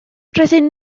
rydyn